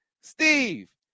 Steve